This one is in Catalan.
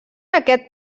aquest